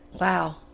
Wow